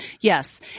Yes